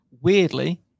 Weirdly